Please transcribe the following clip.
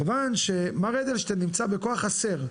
כיוון שמר אדלשטיין נמצא בכוח חסר,